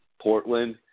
Portland